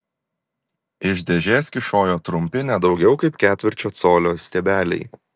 iš dėžės kyšojo trumpi ne daugiau kaip ketvirčio colio stiebeliai